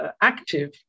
active